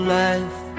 life